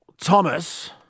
Thomas